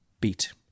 beat